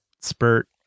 spurt